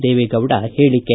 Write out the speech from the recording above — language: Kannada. ದೇವೇಗೌಡ ಹೇಳಿಕೆ